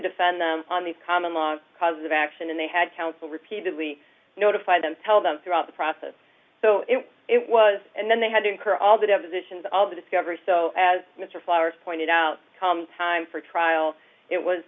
defend them on these common law cause of action and they had counsel repeatedly notified them tell them throughout the process so it was and then they had to incur all the definitions all the discovery so as mr flowers pointed out come time for trial it